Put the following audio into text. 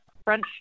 French